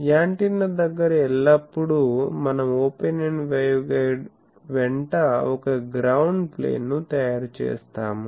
యాంటెన్నాదగ్గర ఎల్లప్పుడూ మనం open end waveguide వెంట ఒక గ్రౌండ్ ప్లేన్ను తయారుచేస్తాము